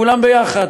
כולם ביחד.